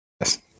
Yes